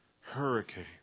hurricane